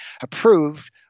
approved